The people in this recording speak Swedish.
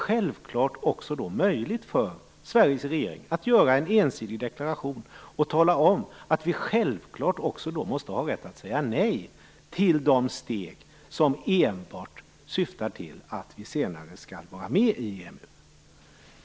Det är då också möjligt för Sveriges regering att göra en ensidig deklaration och tala om att vi självklart måste ha rätt att säga nej till de steg som enbart syftar till att vi senare skall vara med i EMU.